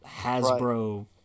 Hasbro –